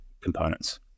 components